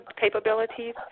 capabilities